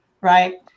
right